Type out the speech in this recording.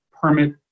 permit